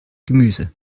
gemüse